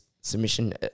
submission